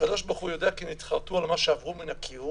שהקדוש ברוך הוא יודע כי נתחרטו על מה שעברו מן הכיעור